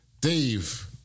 Dave